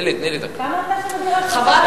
כמה עלתה שם דירת שלושה חדרים?